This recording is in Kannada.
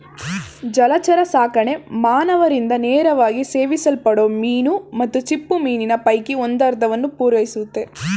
ಜಲಚರಸಾಕಣೆ ಮಾನವರಿಂದ ನೇರವಾಗಿ ಸೇವಿಸಲ್ಪಡೋ ಮೀನು ಮತ್ತು ಚಿಪ್ಪುಮೀನಿನ ಪೈಕಿ ಒಂದರ್ಧವನ್ನು ಪೂರೈಸುತ್ತೆ